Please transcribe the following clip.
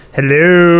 Hello